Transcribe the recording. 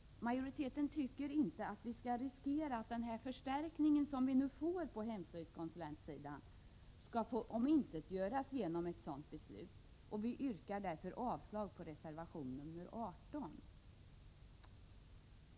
Majoriteten tycker att den förstärkning som vi nu får på hemslöjdskonsulentsidan riskerar att omintetgöras genom ett sådant beslut. Vi yrkar därför avslag på reservation 18.